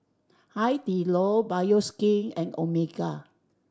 Hai Di Lao Bioskin and Omega